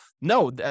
no